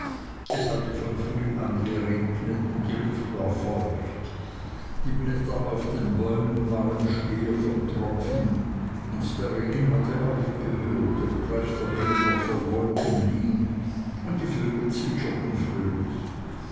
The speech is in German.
es hatte von früh an geregnet und die luft war feucht die blätter auf den bäumen waren schwer von tropfen und der regen hatte aufgehört obgleich der himmel noch voll wolken hing und die vögel zwitscherten fröhlich